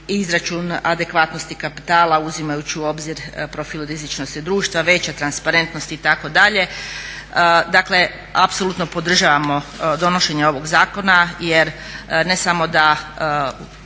izračun adekvatnosti kapitala uzimajući u obzir profil rizičnosti društva, veća transparentnost itd. Dakle apsolutno podržavamo donošenje ovog zakona jer ne samo da